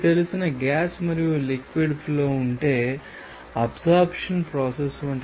మేము మొదటి ఉపన్యాసంలో ఫేజ్ఈక్విలిబ్రియం చర్చిస్తాము